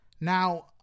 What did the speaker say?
Now